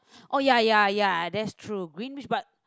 oh ya ya ya that's true green which part